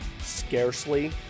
scarcely